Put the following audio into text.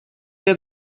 wir